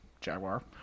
Jaguar